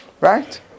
right